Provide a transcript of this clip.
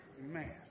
Man